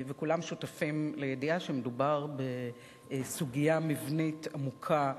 וכולם שותפים לידיעה שמדובר בסוגיה מבנית עמוקה,